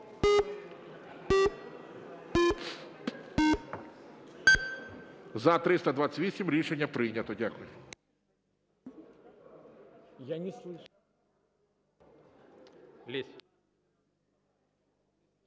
За-328 Рішення прийнято. Дякую.